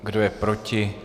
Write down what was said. Kdo je proti?